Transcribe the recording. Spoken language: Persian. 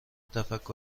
تفکر